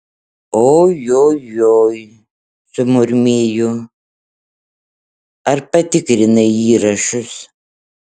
ojojoi sumurmėjo ar patikrinai įrašus